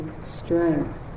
strength